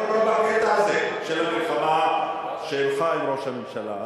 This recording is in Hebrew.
אנחנו לא בקטע הזה, של המלחמה שלך עם ראש הממשלה.